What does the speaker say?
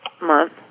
month